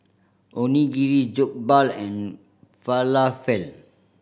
Onigiri Jokbal and Falafel